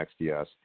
XDS